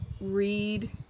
read